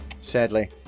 Sadly